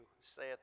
saith